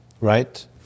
right